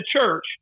church